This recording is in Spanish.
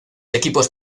equipos